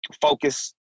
focus